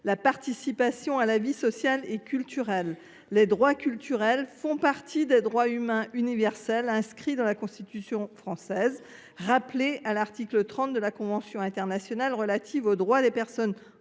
la participation à la vie sociale et culturelle. Les droits culturels font partie des droits humains universels inscrits dans la Constitution française, ainsi qu’à l’article 30 de la Convention internationale relative aux droits des personnes handicapées